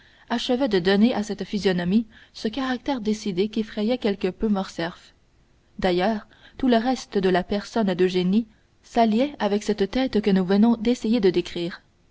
achevait de donner à cette physionomie ce caractère décidé qui effrayait quelque peu morcerf d'ailleurs tout le reste de la personne d'eugénie s'alliait avec cette tête que nous venons d'essayer de décrire